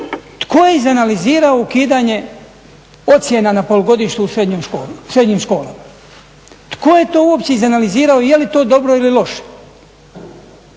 tko je iz analizirao ukidanje ocjena na polugodištu u srednjim školama, tko je to uopće iz analizirao je li to dobro ili loše,